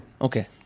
Okay